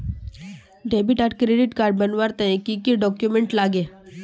Debit आर credit card बनवार तने की की डॉक्यूमेंट लागे?